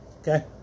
Okay